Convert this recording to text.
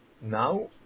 Now